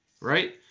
right